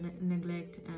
neglect